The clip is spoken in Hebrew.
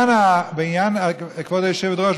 כבוד היושבת-ראש,